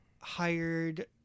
hired